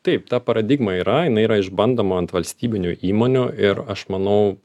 taip ta paradigma yra jinai yra išbandoma ant valstybinių įmonių ir aš manau